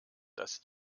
dass